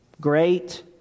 Great